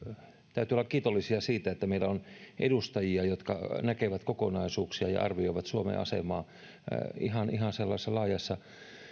täytyy olla kiitollinen siitä että meillä on edustajia jotka näkevät kokonaisuuksia ja arvioivat suomen asemaa ihan ihan sellaisessa laajassa